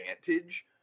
advantage